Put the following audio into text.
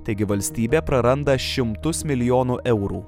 taigi valstybė praranda šimtus milijonų eurų